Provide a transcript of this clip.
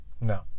No